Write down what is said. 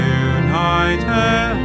united